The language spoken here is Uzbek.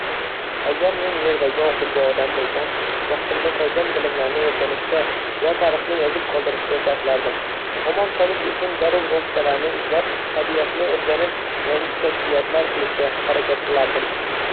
Agar men Yerdagi oxirgi odam bo‘lsam, vaqtimni qolgan bilimlarni o‘rganishga va tarixni yozib qoldirishga sarflardim. Omon qolish uchun zarur vositalarni izlab, tabiatni o‘rganib, yangi kashfiyotlar qilishga harakat qilardim.